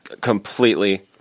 completely